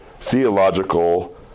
theological